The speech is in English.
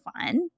fun